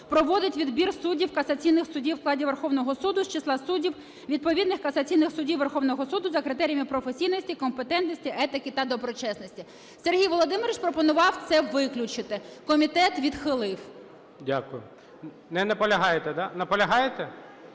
проводить відбір суддів до касаційних судів у складі Верховного Суду із числа суддів відповідних касаційних судів Верховного Суду за критеріями професійної компетентності, етики та доброчесності". Сергій Володимирович пропонував це виключити. Комітет відхилив. ГОЛОВУЮЧИЙ. Дякую. Не наполягаєте, да? Наполягаєте?